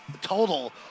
total